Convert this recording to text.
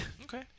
okay